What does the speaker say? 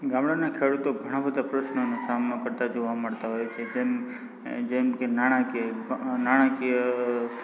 ગામડાના ખેડૂતો ઘણા બધા પ્રશ્નોનો સામનો કરતા જોવા મળતા હોય છે જેમ કે નાણાંકીય નાણાંકીય